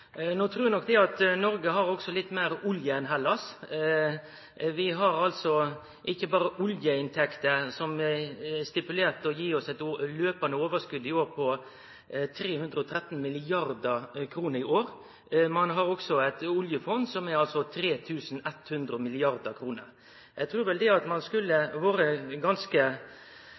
No trur eg nok at Noreg har litt meir olje enn Hellas. Vi har ikkje berre oljeinntekter som er stipulert til å gi oss eit overskot i år på 313 mrd. kr, men vi har også eit oljefond som er på 3 100 mrd. kr. Eg trur ein skulle ha vore ganske